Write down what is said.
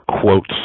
quotes